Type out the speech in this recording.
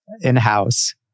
in-house